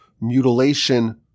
mutilation